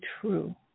true